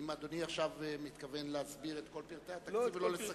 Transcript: אם אדוני מתכוון להסביר את כל פרטי התקציב ולא לסכם,